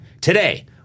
today